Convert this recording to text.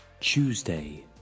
Tuesday